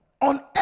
on